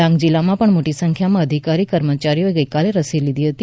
ડાંગ જિલ્લામાં પણ મોટી સંખ્યામાં અધિકારી કર્મચારીઓએ ગઇકાલે રસી લીધી હતી